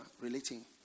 relating